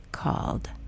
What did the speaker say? called